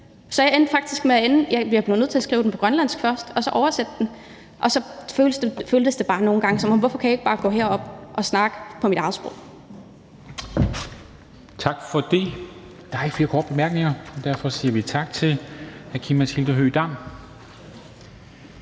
få mig selv til det, så jeg blev nødt til at skrive den på grønlandsk først og så oversætte den, og så får jeg bare følelsen nogle gange af, hvorfor jeg ikke bare kan gå herop og snakke på mit eget sprog.